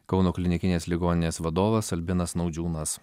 kauno klinikinės ligoninės vadovas albinas naudžiūnas